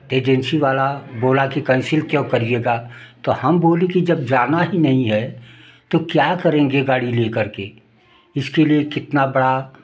agency वाला बोला कि कैसिल क्यों करिएगा तो हम बोले कि जब जाना ही नहीं है तो क्या करेंगे गाड़ी ले करके इसके लिए कितना बड़ा